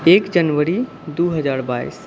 एक जनवरी दू हजार बाइस